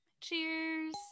Cheers